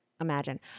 imagine